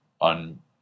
on